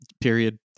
period